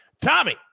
Tommy